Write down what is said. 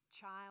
child